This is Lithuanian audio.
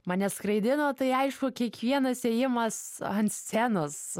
mane skraidino tai aišku kiekvienas ėjimas ant scenos